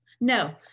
no